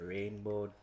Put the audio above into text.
Rainbow